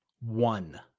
One